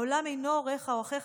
העולם אינו הוריך או אחיך,